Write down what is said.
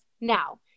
Now